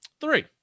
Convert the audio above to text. Three